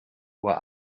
uhr